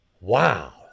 Wow